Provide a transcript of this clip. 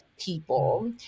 people